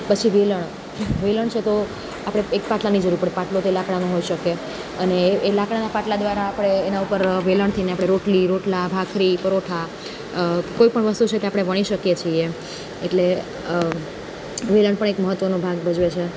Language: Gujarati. પછી વેલણ વેલણ છે તો આપણે એક પાટલાની જરૂર પડે પાટલો લાકડાનો હોઈ શકે અને એ લાકડાના પાટલા દ્વારા આપણે એના ઉપર વેલણથી રોટલી રોટલા ભાખરી પરોઠા કોઈપણ વસ્તુ છે તે આપણે વણી શકીએ છીએ એટલે વેલણ પણ એક મહત્ત્વનો ભાગ ભજવે છે